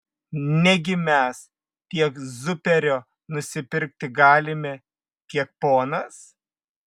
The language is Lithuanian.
negi mes tiek zuperio nusipirkti galime kiek ponas